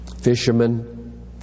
Fishermen